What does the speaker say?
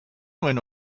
nuen